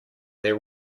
their